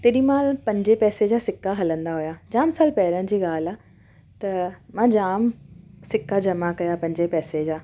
तेॾीमहिल पंज पैसे जा सिका हलंदा हुया जाम साल पहिरियां जी ॻाल्हि आहे त मां जाम सिका जमा कया पंजे पैसे जा